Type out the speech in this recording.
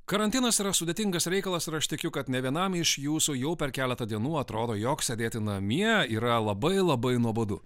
karantinas yra sudėtingas reikalas ir aš tikiu kad ne vienam iš jūsų jau per keletą dienų atrodo jog sėdėti namie yra labai labai nuobodu